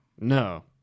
No